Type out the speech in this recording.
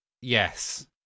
Yes